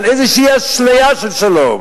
על איזו אשליה של שלום.